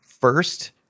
first